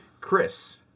Chris